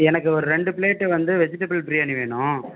எனக்கு ஒரு ரெண்டு பிளேட்டு வந்து வெஜிடபுள் பிரியாணி வேணும்